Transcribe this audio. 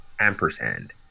Ampersand